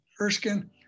Erskine